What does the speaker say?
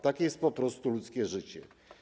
Takie jest po prostu ludzkie życie.